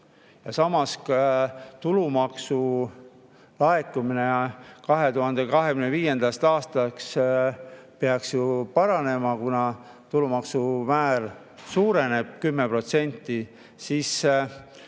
samas peaks tulumaksu laekumine 2025. aastaks ju paranema, kuna tulumaksumäär suureneb 10%, siis me